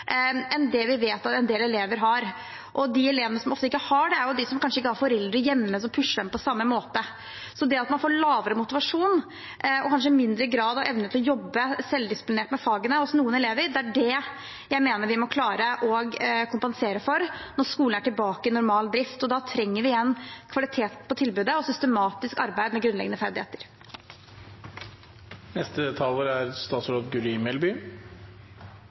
enn det vi vet at en del elever har. De elevene som ikke har det, er kanskje de som ikke har foreldre hjemme til å pushe dem på samme måte. Så det at man får lavere motivasjon, og at noen av elevene kanskje har mindre grad av evne til å jobbe selvdisiplinert med fagene, er det jeg mener vi må klare å kompensere for når skolene er tilbake i normal drift. Da trenger vi igjen kvalitet på tilbudet og systematisk arbeid med grunnleggende